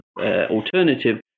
alternative